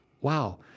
Wow